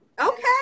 Okay